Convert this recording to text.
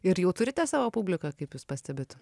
ir jau turite savo publiką kaip jūs pastebit